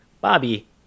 Bobby